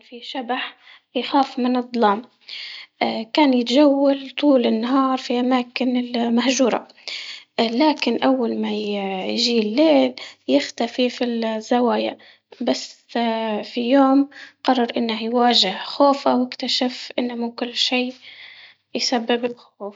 اه في يوم من الايامات كان في شبح بخاف من الظلام، اه كان يتجول طول النهار في اماكن مهجورة، اه لكن اول ما يجي الليل يختفي في الزوايا، بس اه في يوم قرر انه يواجه واكتشف انه من كل شي يسبب الخوف.